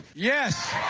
yes.